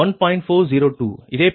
இதேபோல் PL3 138